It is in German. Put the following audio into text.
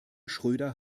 schröder